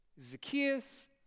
Zacchaeus